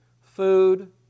food